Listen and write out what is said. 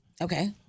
okay